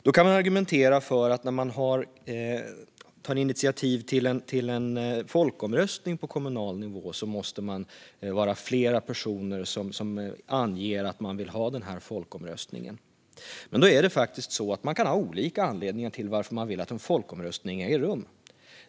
Då kan man argumentera att vid initiativ till en folkomröstning på kommunal nivå måste flera personer ange att de vill ha folkomröstningen. Det kan finnas olika anledningar till att man vill att en folkomröstning ska äga rum.